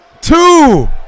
Two